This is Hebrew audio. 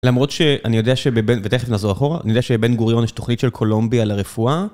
למרות שאני יודע שבבין..., ותכף נעזור אחורה, אני יודע שבין גוריון יש תוכנית של קולומבי לרפואה.